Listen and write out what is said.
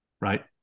Right